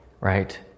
right